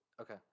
okay